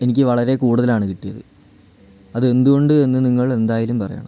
എനിക്ക് വളരെ കൂടുതലാണ് കിട്ടിയത് അതെന്ത് കൊണ്ട് എന്ന് നിങ്ങളെന്തായാലും പറയണം